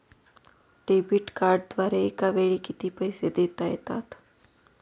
Debit कार्डद्वारे एकावेळी किती पैसे देता येतात?